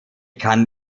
kann